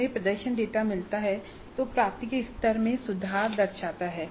हमें प्रदर्शन डेटा मिलता है जो प्राप्ति के स्तर में सुधार दर्शाता है